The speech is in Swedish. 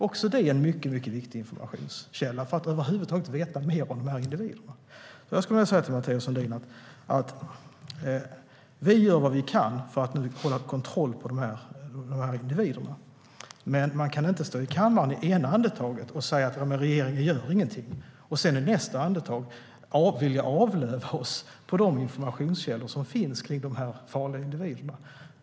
Också det är en mycket viktig informationskälla för att över huvud taget få veta mer om dessa individer. Jag skulle vilja säga till Mathias Sundin att vi gör vad vi kan för att ha kontroll på de här individerna. Man kan inte stå i kammaren och i det ena andetaget säga att regeringen inte gör någonting och i nästa andetag vilja avlöva oss de informationskällor som finns för dessa farliga individer.